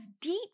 deep